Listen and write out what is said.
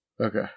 Okay